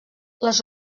les